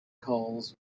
calls